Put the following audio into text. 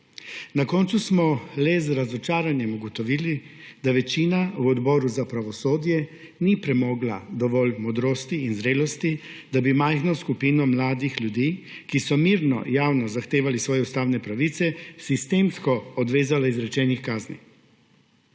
Na koncu smo le z razočaranjem ugotovili, da večina v Odboru za pravosodje ni premogla dovolj modrosti in zrelosti, da bi majhno skupino mladih ljudi, ki so mirno javno zahtevali svoje ustavne pravice, sistemsko odvezala izrečenih kazni.